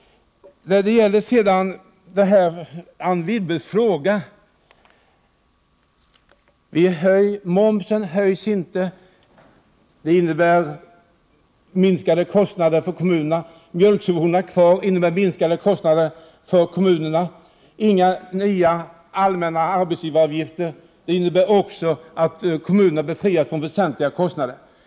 Sedan till Anne Wibbles frågor. Att momsen inte höjs innebär minskade kostnader för kommunerna. Att mjölksubventionerna finns kvar innebär minskade kostnader för kommunerna. Inga nya allmänna arbetsgivaravgifter innebär också att kommunerna befrias från väsentliga kostnader.